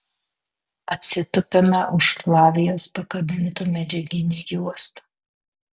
atsitupiame už flavijos pakabintų medžiaginių juostų